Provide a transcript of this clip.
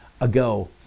ago